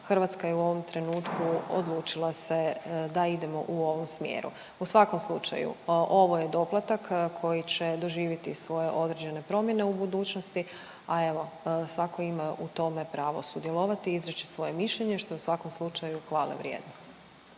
Hrvatska u ovom trenutku odlučila se da idemo u ovome smjeru u svakom slučaju ovo je doplatak koji će doživjeti svoje određene promjene u budućnosti, a evo svako ima u tome pravo sudjelovati i izreći svoje mišljenje što je u svakom slučaju hvale vrijedno.